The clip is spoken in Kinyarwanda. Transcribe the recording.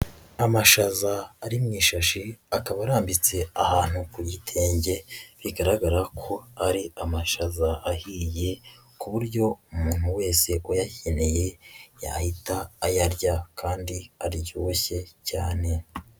Amashaza ari mu ishashi akaba arambitse ahantu ku gitenge, bigaragara ko ari amashaza ahiye ku buryo umuntu wese uyakeneye yahita ayarya kandi aryoshye cyane.